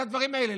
את הדברים האלה,